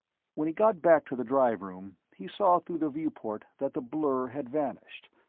when he got back to the drive room, he saw through the viewport that the blur had vanished,